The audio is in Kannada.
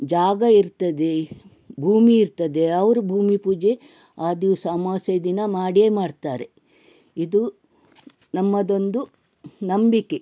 ಜಾಗ ಇರ್ತದೆ ಭೂಮಿ ಇರ್ತದೆ ಅವರು ಭೂಮಿ ಪೂಜೆ ಆ ದಿವಸ ಅಮಾವಾಸ್ಯೆ ದಿನ ಮಾಡಿಯೇ ಮಾಡ್ತಾರೆ ಇದು ನಮ್ಮದೊಂದು ನಂಬಿಕೆ